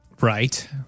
Right